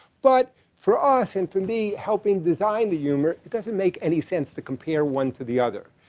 but for us, and for me, helping design the humor, it doesn't make any sense to compare one to the other.